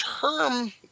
term